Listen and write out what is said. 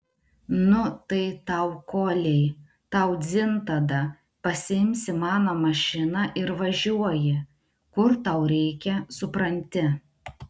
nu tai tau koliai tau dzin tada pasiimsi mano mašiną ir važiuoji kur tau reikia supranti